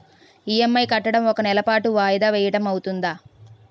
EMI కట్టడం ఒక నెల పాటు వాయిదా వేయటం అవ్తుందా?